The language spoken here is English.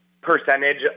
percentage